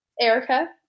Erica